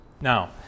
now